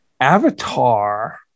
Avatar